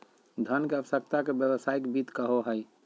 धन के आवश्यकता के व्यावसायिक वित्त कहो हइ